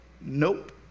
Nope